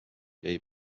jäi